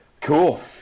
Cool